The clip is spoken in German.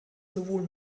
sowohl